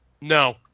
No